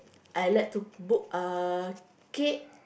I like to cook uh cake